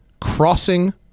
crossing